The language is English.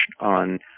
on